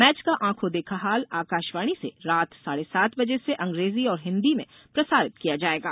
match का आंखों देखा हाल आकाशवाणी से रात साढ़े सात बजे से अंग्रेजी और हिंदी में प्रसारित किया जाएगा